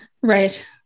Right